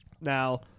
Now